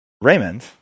Raymond